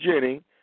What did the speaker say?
Jenny